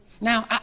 Now